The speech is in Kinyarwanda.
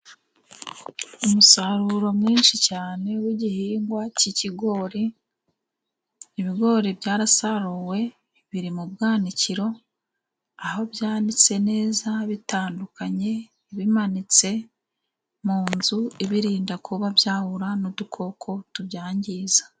Umusaruro mwinshi cyane w'igihingwa cy'ikigori, ibigori byarasaruwe biri mu bwanakiro. Aho byanditse neza bitandukanye ibimanitse mu nzu ibirinda kuba byahura n'udukoko tubyangiza.